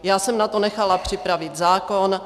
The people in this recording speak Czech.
Já jsem na to nechala připravit zákon.